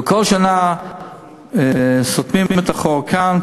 וכל שנה סותמים את החור כאן,